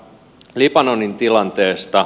libanonin tilanteesta